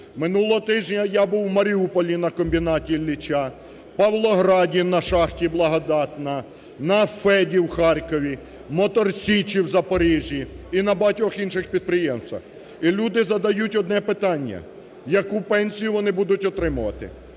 Минулого тижня я був в Маріуполі на комбінаті Ілліча, в Павлограді на "Шахті Благодатна", на "ФЕД" в Харкові, "Мотор Січі" в Запоріжжі і на багатьох інших підприємствах. І люди задають одне питання, яку пенсію вони будуть отримувати,